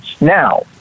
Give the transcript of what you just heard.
Now